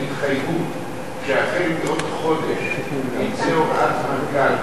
הם התחייבו שהחל מעוד חודש תצא הוראת מנכ"ל